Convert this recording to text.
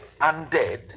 undead